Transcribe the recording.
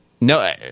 No